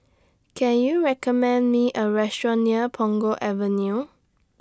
Can YOU recommend Me A Restaurant near Punggol Avenue